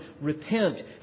repent